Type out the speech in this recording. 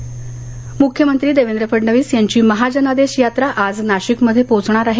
महाजनादेश नाशिक मुख्यमंत्री देवेंद्र फडणविस यांची महाजनादेश यात्रा आज नाशिकमध्ये पोहोचणार आहे